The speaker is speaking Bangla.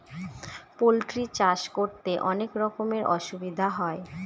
পোল্ট্রি চাষ করতে অনেক রকমের অসুবিধা হয়